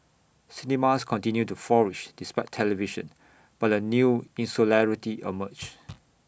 cinemas continued to flourish despite television but A new insularity emerged